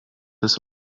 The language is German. das